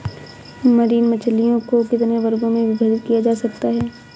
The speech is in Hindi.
मरीन मछलियों को कितने वर्गों में विभाजित किया जा सकता है?